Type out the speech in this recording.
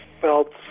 felt